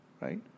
right